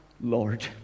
Lord